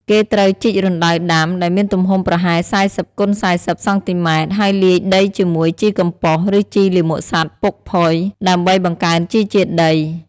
គេត្រូវជីក រណ្តៅដាំ ដែលមានទំហំប្រហែល ៤០គុណ៤០ សង់ទីម៉ែត្រ ហើយលាយដីជាមួយ ជីកំប៉ុស្ត ឬជីលាមកសត្វពុកផុយ ដើម្បីបង្កើនជីជាតិដី។